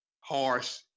harsh